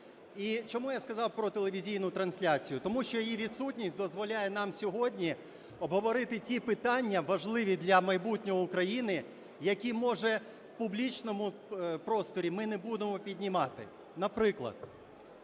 чому я сказав про телевізійну трансляцію? Тому що її відсутність дозволяє нам сьогодні обговорити ті питання, важливі для майбутнього України, які, може, в публічному просторі ми не будемо піднімати. Наприклад,